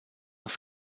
nach